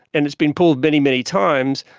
and it's been pulled many, many times,